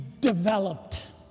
developed